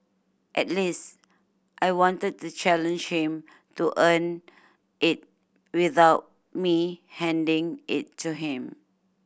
at least I wanted to challenge him to earn it without me handing it to him